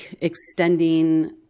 extending